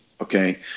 Okay